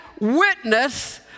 witness